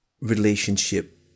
relationship